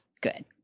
Good